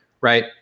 right